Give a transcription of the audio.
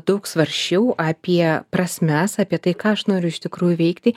daug svarsčiau apie prasmes apie tai ką aš noriu iš tikrųjų veikti